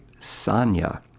sanya